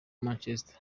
manchester